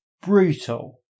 brutal